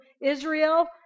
Israel